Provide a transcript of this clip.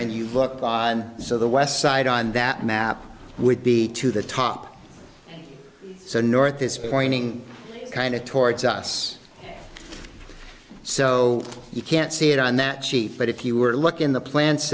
and you look so the west side on that map would be to the top so north this pointing kind of towards us so you can't see it on that sheet but if you were look in the plants